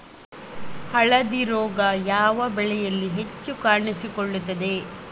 ಹಳದಿ ರೋಗ ಯಾವ ಬೆಳೆಯಲ್ಲಿ ಹೆಚ್ಚು ಕಾಣಿಸಿಕೊಳ್ಳುತ್ತದೆ?